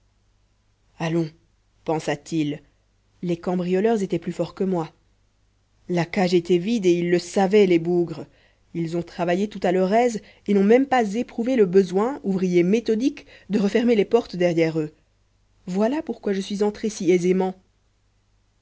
allons pensa-t-il les cambrioleurs étaient plus forts que moi la cage était vide et ils le savaient les bougres ils ont travaillé tout à leur aise et n'ont même pas éprouvé le besoin ouvriers méthodiques de refermer les portes derrière eux voilà pourquoi je suis entré si aisément